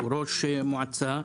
ראש המועצה.